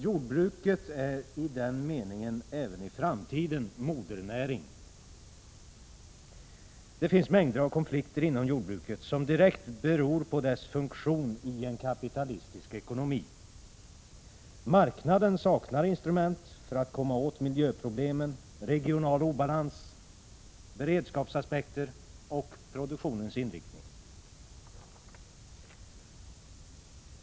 Jordbruket blir i den meningen även i framtiden ”modernäring”. Det finns mängder av konflikter inom jordbruket som direkt beror på dess funktion i en kapitalistisk ekonomi. Marknaden saknar instrument för att komma åt miljöproblem, regional obalans, beredskapsaspekter och produktionens inriktning.